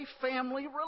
family